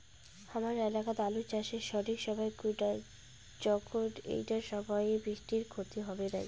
হামার এলাকাত আলু চাষের সঠিক সময় কুনটা যখন এইটা অসময়ের বৃষ্টিত ক্ষতি হবে নাই?